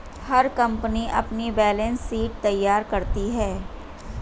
हर company अपनी balance sheet तैयार करती है